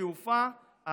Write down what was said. בתעופה,